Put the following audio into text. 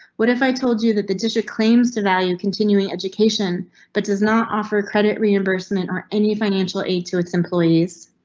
what if i told you that the digit claims to value continuing education but does not offer credit reimbursement or any financial aid to its employees?